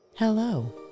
Hello